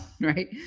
right